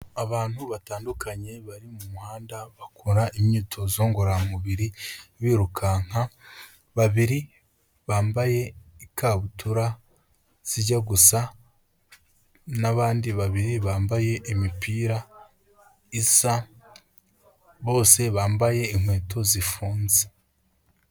Abantu batandukanye bari mumuhanda, bakora imyitozo ngororamubiri birukanka, babiri bambaye ikabutura zijya gusa n'abandi babiri bambaye imipira isa, bose bambaye inkweto zifunze.